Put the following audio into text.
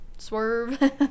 swerve